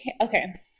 okay